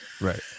Right